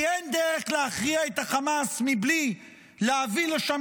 כי אין דרך להכריע את החמאס מבלי להביא לשם